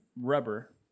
Rubber